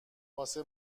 واسه